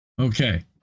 Okay